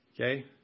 Okay